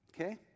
okay